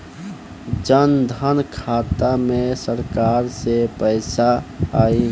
जनधन खाता मे सरकार से पैसा आई?